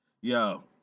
Yo